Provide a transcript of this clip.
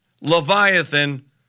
Leviathan